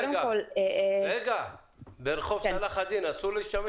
הערה קטנה